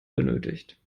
benötigt